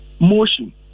motion